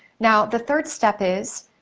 now, the third step is,